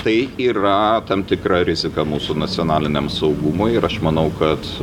tai yra tam tikra rizika mūsų nacionaliniam saugumui ir aš manau kad